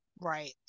Right